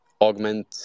augment